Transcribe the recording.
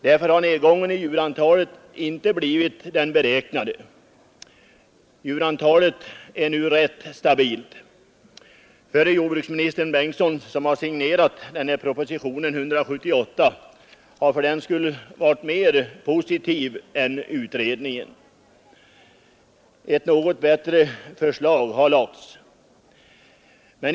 Därför har nedgången i djurantalet inte blivit den beräknade. Djurantalet är nu rätt stabilt. Förre jordbruksministern Bengtsson, som har signerat propositionen 178, har fördenskull varit mer positiv än utredningen. Ett något bättre förslag har lagts.